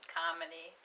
comedy